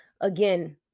again